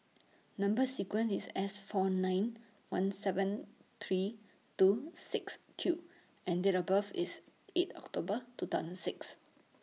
Number sequence IS S four nine one seven three two six Q and Date of birth IS eight October two thousand six